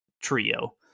trio